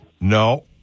No